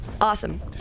Awesome